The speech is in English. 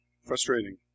Frustrating